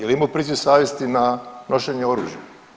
Jel' imao priziv savjesti na nošenje oružja.